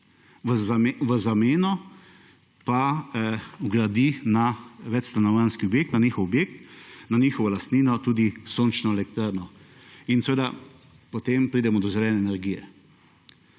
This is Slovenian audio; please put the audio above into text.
v zameno pa vgradi na večstanovanjski objekt na njihov objekt, na njihovo lastnino tudi sončno elektrarno in seveda, potem pridemo do zelene energije.